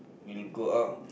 we'll go out